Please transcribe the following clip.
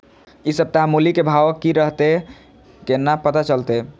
इ सप्ताह मूली के भाव की रहले कोना पता चलते?